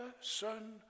Son